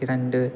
இரண்டு